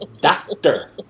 doctor